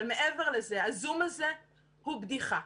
אבל מעבר לזה, הזום הזה הוא בדיחה.